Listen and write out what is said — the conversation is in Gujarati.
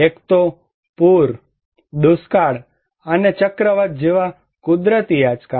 એક તો પૂર દુષ્કાળ અને ચક્રવાત જેવા કુદરતી આંચકા